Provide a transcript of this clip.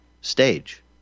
stage